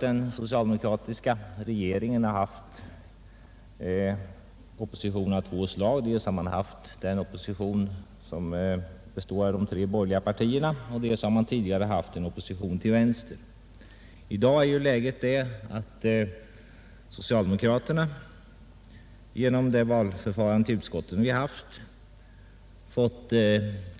Den socialdemokratiska regeringen har tidigare haft opposition av två slag, dels en opposition bestående av de tre borgerliga partierna, dels en opposition till vänster. I dag är läget det att socialdemokraterna genom valförfarandet till utskotten